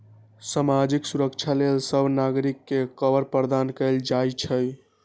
सामाजिक सुरक्षा लेल सभ नागरिक के कवर प्रदान कएल जाइ छइ